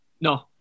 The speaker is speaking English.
No